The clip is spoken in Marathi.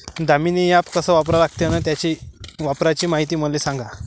दामीनी ॲप कस वापरा लागते? अन त्याच्या वापराची मायती मले सांगा